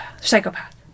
Psychopath